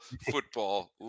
Football